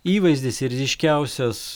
įvaizdis ir ryškiausias